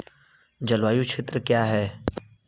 जलवायु क्षेत्र क्या है?